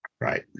Right